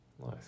nice